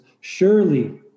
Surely